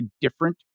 different